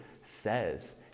says